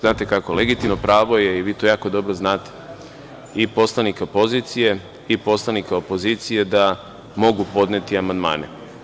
Znate, legitimno pravo je, vi to jako dobro znate, i poslanika pozicije i poslanika opozicije da mogu podneti amandmane.